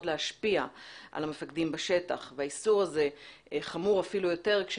להשפיע על המפקדים בשטח והאיסור הזה חמור אפילו יותר כאשר